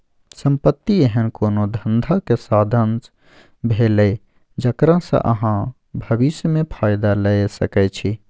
संपत्ति एहन कोनो धंधाक साधंश भेलै जकरा सँ अहाँ भबिस मे फायदा लए सकै छी